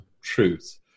truth